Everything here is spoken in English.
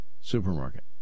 supermarket